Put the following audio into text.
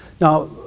now